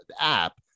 app